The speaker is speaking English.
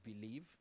believe